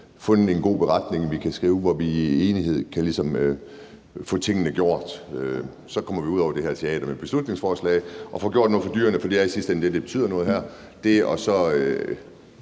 frem til en god beretning, hvor vi i enighed ligesom kan få tingene gjort. Så kommer vi ud over det her teater med beslutningsforslaget og får gjort noget for dyrene, for det er i sidste ende det, der betyder noget her – dét og så